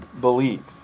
believe